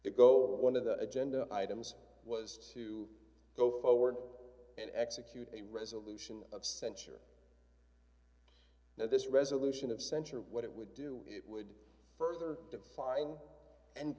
to go one of the agenda items was to go forward and execute a resolution of censure now this resolution of censure what it would do it would further define and